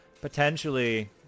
potentially